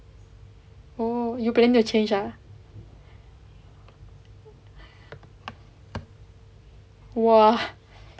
oh you planning to change ah !wah!